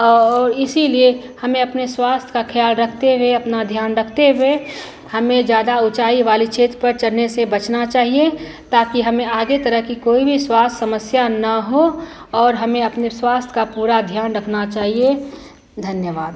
और इसीलिए हमें अपने स्वास्थ्य का ख़याल रखते हुए अपना ध्यान रखते हुए हमें ज़्यादा ऊँचाई वाले क्षेत्र पर चढ़ने से बचना चाहिए ताकि हमें आगे तरह की कोई वी स्वास्थ्य समस्या ना हो और हमें अपने स्वास्थ्य का पूरा ध्यान रखना चाहिए धन्यवाद